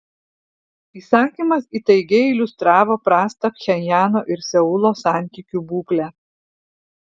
įsakymas įtaigiai iliustravo prastą pchenjano ir seulo santykių būklę